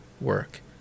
work